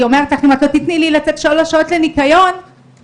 היא אומרת לך שאם לא תתני לה שלוש שעות לניקיון אז